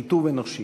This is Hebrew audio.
של טוב אנושי".